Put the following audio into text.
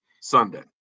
Sunday